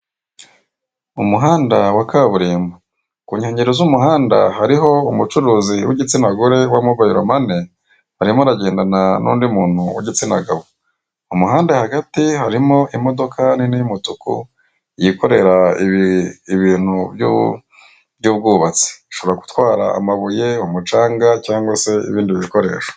Umuhanda wa kaburimbo, ku nyengero z'umuhanda hariho umucuruzi w'igitsina gore wa mobayiro mane arimo aragendana n'undi muntu w'igitsina gabo, mu muhanda hagati harimo n'indi modoka nini y'umutuku yikorera ibintu by'ubwubatsi ishobora gutwara amabuye, umucanga cyangwa se ibindi bikoresho.